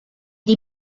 die